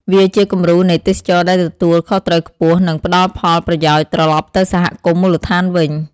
វាជាគំរូនៃទេសចរណ៍ដែលទទួលខុសត្រូវខ្ពស់ និងផ្តល់ផលប្រយោជន៍ត្រឡប់ទៅសហគមន៍មូលដ្ឋានវិញ។